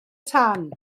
tân